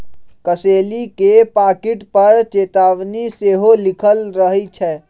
कसेली के पाकिट पर चेतावनी सेहो लिखल रहइ छै